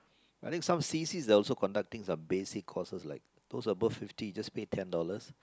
I think some C_C they are also conducting basic courses those above fifty just pay ten dollars